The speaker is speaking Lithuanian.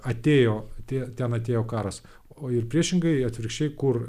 atėjo tie ten atėjo karas o ir priešingai atvirkščiai kur